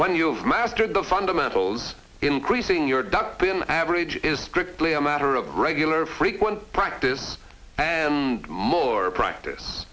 when you've mastered the fundamentals increasing your duck pin average is strictly a matter of regular frequent practice and more practice